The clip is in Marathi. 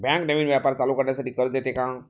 बँक नवीन व्यापार चालू करण्यासाठी कर्ज देते का?